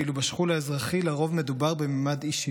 ואילו בשכול האזרחי לרוב מדובר בממד אישי,